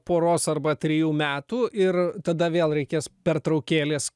poros arba trijų metų ir tada vėl reikės pertraukėlės